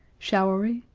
showery,